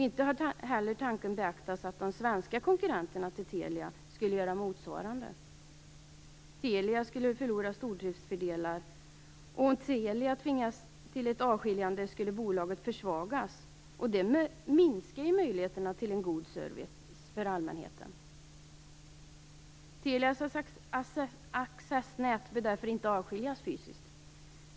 Inte heller har tanken beaktats att de svenska konkurrenterna till Telia skulle göra motsvarande. Telia skulle förlora stordriftsfördelar, och om Telia tvingas till ett avskiljande skulle bolaget försvagas, vilket skulle minska möjligheterna till en god service för allmänheten. Telias accessnät bör därför inte avskiljas fysiskt.